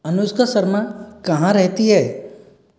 अनुष्का शर्मा कहाँ रहती है